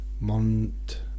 Mont